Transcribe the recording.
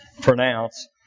pronounce